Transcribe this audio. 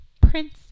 Prince